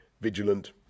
vigilant